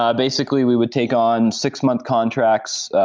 um basically, we would take on six month contracts,